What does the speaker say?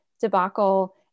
debacle